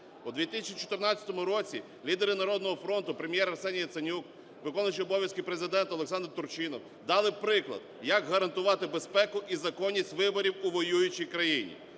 У 2014 році лідери "Народного фронту": Прем'єр Арсені Яценюк, виконуючий обов'язки Президента Олександр Турчинов - дали приклад, як гарантувати безпеку і законність виборів у воюючій країні.